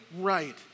right